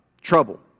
trouble